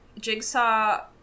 Jigsaw